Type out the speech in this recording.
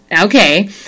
okay